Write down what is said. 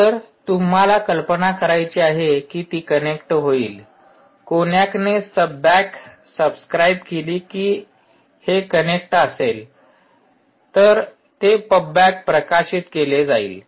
तर तुम्हाला कल्पना करायची आहे की ती कनेक्ट होईल कोनॅकने सब बॅक सबस्क्राइब केली की हे कनेक्ट असेल तर ते पब बॅक प्रकाशित केले जाईल